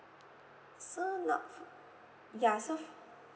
so now fo~ ya so f~